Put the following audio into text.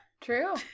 true